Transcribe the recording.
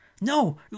No